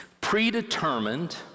predetermined